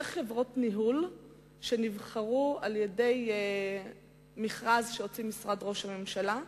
חברות ניהול שנבחרו במכרז שהוציא משרד ראש הממשלה.